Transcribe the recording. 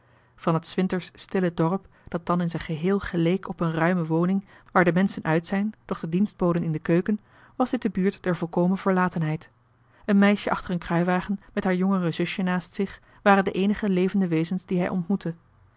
van het s winters stille dorp dat dan in zijn geheel geleek op een ruime woning waar de menschen uit zijn doch de dienstboden in de keuken was dit de buurt der volkomen verlatenheid een meisje achter een kruiwagen met haar jongere zusje naast zich waren de eenige levende wezens die hij ontmoette